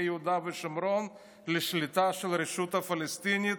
יהודה ושומרון לשליטה של הרשות הפלסטינית,